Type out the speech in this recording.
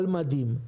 על מדים.